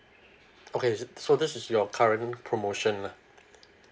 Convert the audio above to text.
okay so this is your current promotion lah